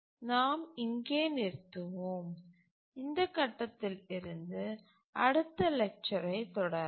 நாம் இங்கே நிறுத்துவோம் இந்த கட்டத்தில் இருந்து அடுத்த லெக்சரை தொடரலாம்